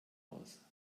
aus